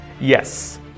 Yes